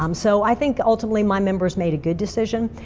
um so, i think ultimately my members made a good decision.